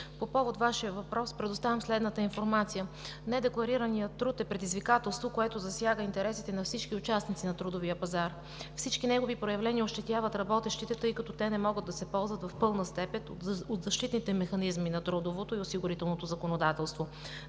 по повод на Вашия въпрос предоставям следната информация: Недекларираният труд е предизвикателство, което засяга интересите на всички участници на трудовия пазар. Всички негови проявления ощетяват работещите, тъй като те не могат в пълна степен да се ползват от защитните механизми на трудовото и осигурителното законодателство.